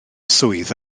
swydd